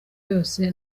yose